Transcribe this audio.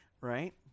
Right